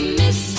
miss